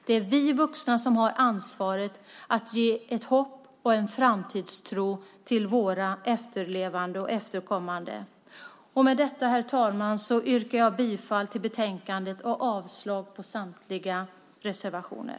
Det är vi vuxna som har ansvaret att ge ett hopp och en framtidstro till våra efterlevande och efterkommande. Med detta, herr talman, yrkar jag bifall till utskottets förslag i betänkandet och avslag på samtliga reservationer.